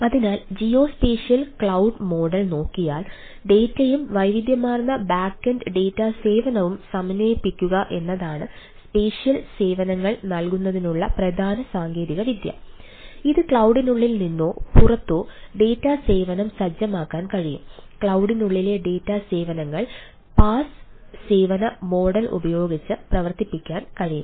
അതിനാൽ geospatial cloud model സേവനങ്ങൾ PaaS സേവന മോഡൽ ഉപയോഗിച്ച് പ്രവർത്തിപ്പിക്കാൻ കഴിയും